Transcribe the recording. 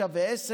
9 ו-10,